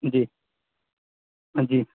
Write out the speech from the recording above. جی ہاں جی